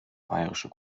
bayerische